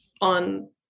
on